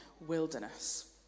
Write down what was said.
wilderness